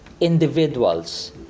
individuals